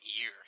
year